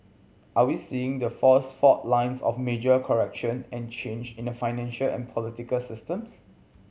are we seeing the first fault lines of a major correction and change in the financial and political systems